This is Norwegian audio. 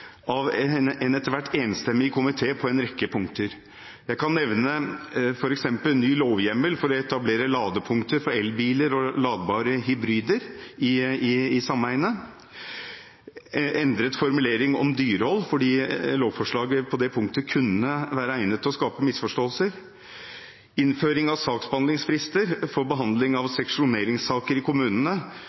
av en etter hvert enstemmig komité. Jeg kan f.eks. nevne en ny lovhjemmel for å etablere ladepunkter for elbiler og ladbare hybrider i sameiene, en endret formulering om dyrehold fordi lovforslaget på det punktet kunne være egnet til å skape misforståelser, og innføring av saksbehandlingsfrister for behandling av seksjoneringssaker i kommunene